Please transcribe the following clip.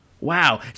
Wow